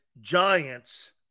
Giants